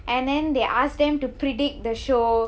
and then they ask them to predict the show